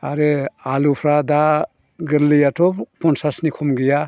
आरो आलुफ्रा दा गोरलैआथ' फनसासनि खम गैया